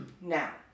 Now